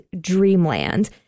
dreamland